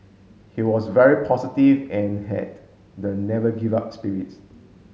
he was very positive and had the never give up spirit